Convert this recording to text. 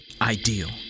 Ideal